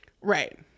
Right